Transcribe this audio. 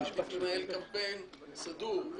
יעדיף לנהל קמפיין סגור.